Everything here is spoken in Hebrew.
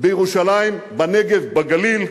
באוניברסיטאות בירושלים, בנגב, בגליל,